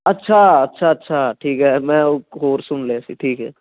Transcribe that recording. ਅੱਛਾ ਅੱਛਾ ਅੱਛਾ ਠੀਕ ਹੈ ਮੈਂ ਇੱਕ ਹੋਰ ਸੁਣ ਲਿਆ ਸੀ ਠੀਕ ਹੈ